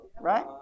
right